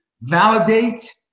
validate